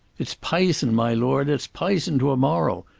it's pi'son, my lord it's pi'son to a moral,